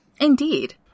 Indeed